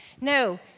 No